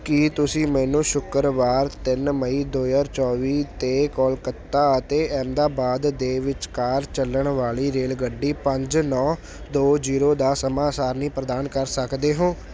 ਕੀ ਤੁਸੀਂ ਮੈਨੂੰ ਸ਼ੁੱਕਰਵਾਰ ਤਿੰਨ ਮਈ ਦੋ ਹਜ਼ਾਰ ਚੌਵੀ 'ਤੇ ਕੋਲਕਾਤਾ ਅਤੇ ਅਹਿਮਦਾਬਾਦ ਦੇ ਵਿਚਕਾਰ ਚੱਲਣ ਵਾਲੀ ਰੇਲਗੱਡੀ ਪੰਜ ਨੌਂ ਦੋ ਜ਼ੀਰੋ ਦਾ ਸਮਾਂ ਸਾਰਣੀ ਪ੍ਰਦਾਨ ਕਰ ਸਕਦੇ ਹੋ